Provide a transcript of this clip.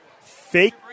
fake